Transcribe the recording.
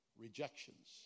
Rejections